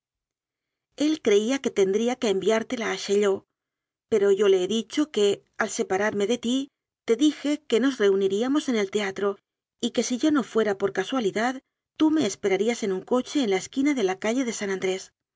el creía que tendría que enviártela a chaillot pero yo le he dicho que al separarme de ti te dije que nos reuniríamos en el teatro y que si yo no fuera por casualidad tú me esperarías en un coche en la esquina de la calle de san andrés